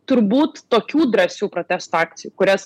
turbūt tokių drąsių protesto akcijų kurias